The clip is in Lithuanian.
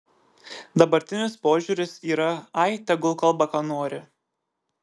dabartinis požiūris yra ai tegul kalba ką nori